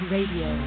Radio